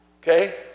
okay